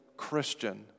Christian